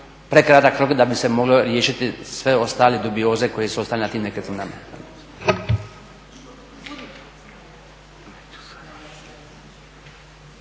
prekratak rok da bi se moglo riješiti sve ostale dubioze koje su ostale na tim nekretninama.